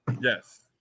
Yes